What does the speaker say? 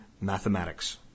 mathematics